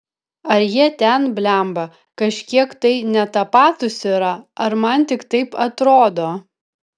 ar jie ten blemba kažkiek tai ne tapatūs yra ar man tik taip atrodo